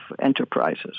enterprises